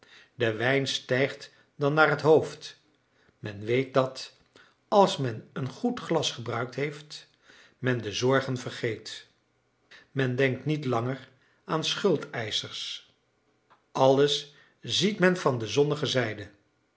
de wijn stijgt dan naar het hoofd men weet dat als men een goed glas gebruikt heeft men de zorgen vergeet men denkt niet langer aan schuldeischers alles ziet men van de zonnige zijde